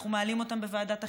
אנחנו מעלים אותם בוועדת החינוך,